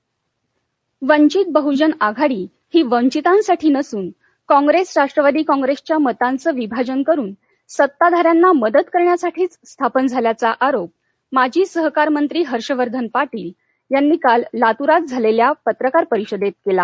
पाटील लातर वंघित बहुजन आघाडी ही वंघितासाठी नसून कॉप्रेस राष्ट्रवादी कॉप्रेसच्या मतांचं विभाजन करुन सत्ताधाऱ्यांना मदत करण्यासाठीच स्थापन झाल्याचा आरोप माजी सहकार मंत्री हर्षवर्धन पाटील यांनी काल लातूरात झालेल्या पत्रकार परिषदेत केला